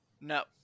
no